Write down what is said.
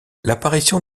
l’apparition